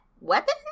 weapon